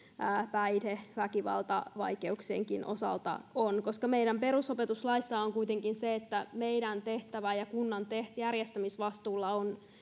päihde väkivaltavaikeuksienkin osalta on meidän perusopetuslaissa on kuitenkin se että meidän tehtävä ja kunnan järjestämisvastuulla on